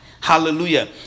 hallelujah